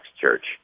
church